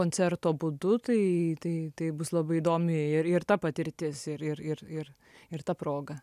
koncerto būdu tai tai tai bus labai įdomi ir ir ta patirtis ir ir ir ir ta proga